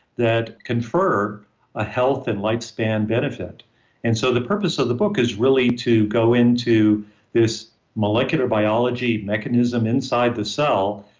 that confer a health and lifespan benefit and so, the purpose of the book is really to go into this molecular biology mechanism inside the cell,